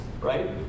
right